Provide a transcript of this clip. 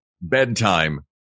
bedtime